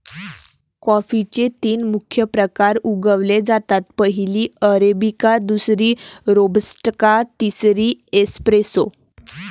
कॉफीचे तीन मुख्य प्रकार उगवले जातात, पहिली अरेबिका, दुसरी रोबस्टा, तिसरी एस्प्रेसो